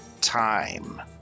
Time